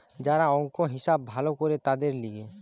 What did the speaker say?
যারা অংক, হিসাব ভালো করে তাদের লিগে